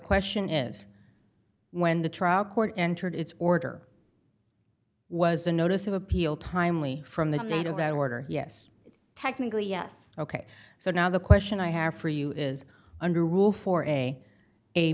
question is when the trial court entered its order was a notice of appeal timely from the date of that order yes technically yes ok so now the question i have for you is under rule for a a